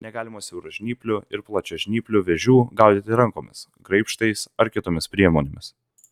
negalima siauražnyplių ir plačiažnyplių vėžių gaudyti rankomis graibštais ar kitomis priemonėmis